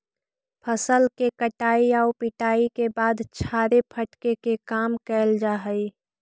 फसल के कटाई आउ पिटाई के बाद छाड़े फटके के काम कैल जा हइ